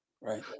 Right